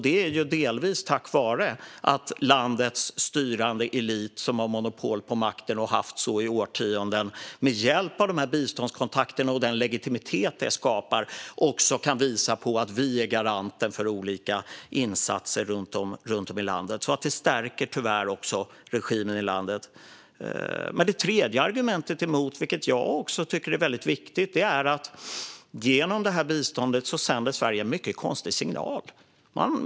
Det är delvis på grund av att landets styrande elit, som har monopol på makten och har haft så i årtionden, med hjälp av dessa biståndskontakter och den legitimitet det skapar kan visa att man är garanten för olika insatser runt om i landet. Det tredje och mycket viktiga problemet är att Sverige genom detta bistånd sänder en mycket konstig signal.